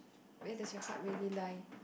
where does your heart really lie